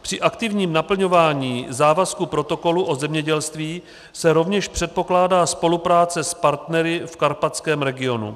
Při aktivním naplňování závazku protokolu o zemědělství se rovněž předpokládá spolupráce s partnery v karpatském regionu.